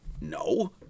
No